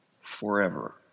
forever